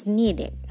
needed